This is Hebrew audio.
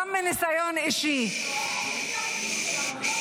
גם מניסיון אישי --- לא מצביעים לחוקים שלך.